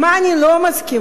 עם מה אני לא מסכימה?